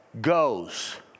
goes